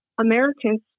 Americans